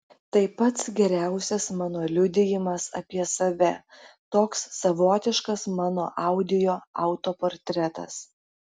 tai pats geriausias mano liudijimas apie save toks savotiškas mano audio autoportretas